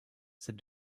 said